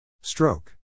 Stroke